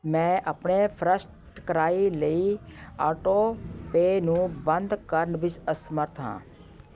ਮੈਂ ਆਪਣੇ FirstCry ਲਈ ਆਟੋਪੇਅ ਨੂੰ ਬੰਦ ਕਰਨ ਵਿੱਚ ਅਸਮਰੱਥ ਹਾਂ